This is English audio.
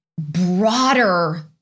broader